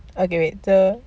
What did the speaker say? okay wait so